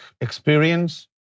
experience